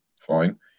fine